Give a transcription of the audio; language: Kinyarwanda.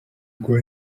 ngo